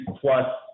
plus